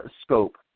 scope